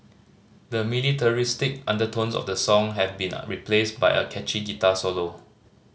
the militaristic undertones of the song have been replaced by a catchy guitar solo